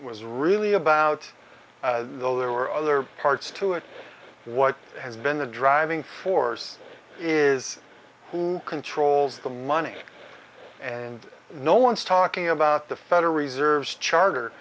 was really about though there were other parts to it what has been the driving force is who controls the money and no one's talking about the federal reserve's charter